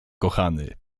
kochany